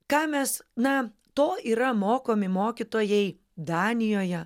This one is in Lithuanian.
ką mes na to yra mokomi mokytojai danijoje